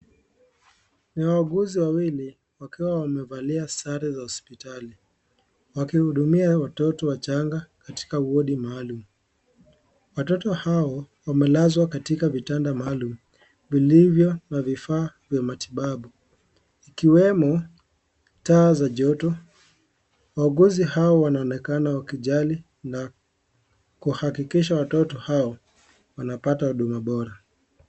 Ni wauguzi wawili, wakiwa wamevalia sare za hosipitali. Wakihudumia watoto wachanga, katika wodi maalum. Watatu hao, wamelazwa katika vitanda maalum, vilivyo na vifaa vya matibabu. Ikiwemo taa za joto. Wauguzi hao wanaonekana wakichali na kuhakikisha watoto hawa wanapata huduma bora.